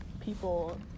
people